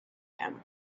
him